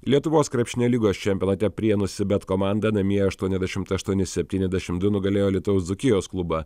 lietuvos krepšinio lygos čempionate prienų cbet komanda namie aštuoniasdešimt aštuoni septyniasdešim du nugalėjo alytaus dzūkijos klubą